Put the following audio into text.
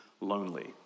lonely